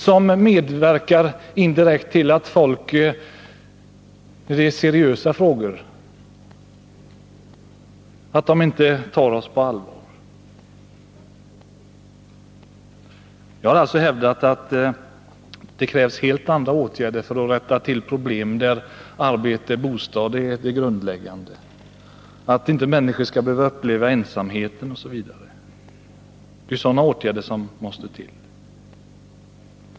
Detta medverkar till att folk i seriösa frågor inte tar oss på allvar. Jag har hävdat att det krävs helt andra åtgärder för att rätta till problemen, och där är arbete och bostad det grundläggande. Det är vidare viktigt att människor inte skall behöva uppleva ensamhet, osv. Det är åtgärder i den riktningen som måste till.